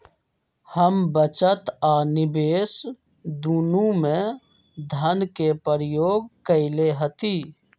हम बचत आ निवेश दुन्नों में धन के प्रयोग कयले हती